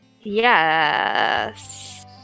Yes